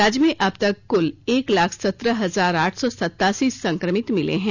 राज्य में अबतक कुलएक लाख सत्रह हजार आठ सौ सतासी संक्रमित मिले हैं